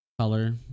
color